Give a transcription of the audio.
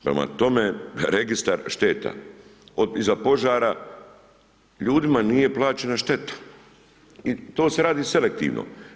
Prema tome, Registar šteta, od iza požara, ljudima nije plaćena šteta i to se radi selektivno.